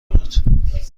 بود